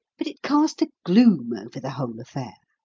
but it cast a gloom over the whole affair.